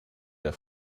der